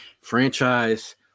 franchise